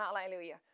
hallelujah